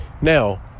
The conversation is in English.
Now